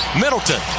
Middleton